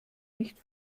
nicht